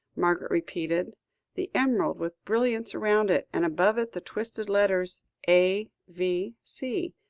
margaret repeated the emerald with brilliants round it, and above it the twisted letters a v c.